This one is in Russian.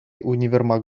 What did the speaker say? универмаг